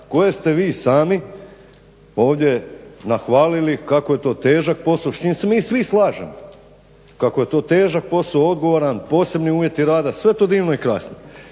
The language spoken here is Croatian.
koje ste vi sami ovdje nahvalili kako je to težak posao, s čim se mi svi slažemo, kako je to težak posao, odgovoran, posebni uvjeti rada. Sve je to divno i krasno.